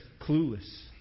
clueless